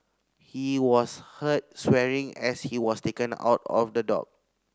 he was heard swearing as he was taken out of the dock